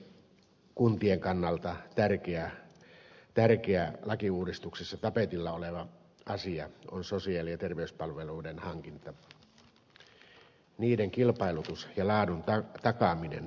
kuntien kannalta tärkeä lakiuudistuksessa tapetilla oleva asia on sosiaali ja terveyspalveluiden hankinta niiden kilpailutus ja laadun takaaminen